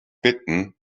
bitten